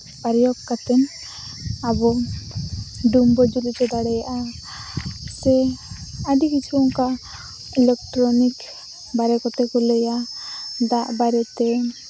ᱯᱨᱚᱭᱳᱜᱽ ᱠᱟᱛᱮ ᱟᱵᱚ ᱰᱩᱢ ᱡᱩᱞ ᱡᱩᱫᱤ ᱯᱮ ᱫᱟᱲᱮᱭᱟᱜᱟ ᱥᱮ ᱟᱹᱰᱤ ᱠᱤᱪᱷᱩ ᱚᱱᱠᱟ ᱤᱞᱮᱠᱴᱨᱚᱱᱤᱠ ᱵᱟᱨᱮ ᱠᱚᱛᱮ ᱠᱚ ᱞᱟᱹᱭᱟ ᱫᱟᱜ ᱵᱟᱨᱮ ᱛᱮ